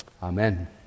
Amen